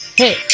hey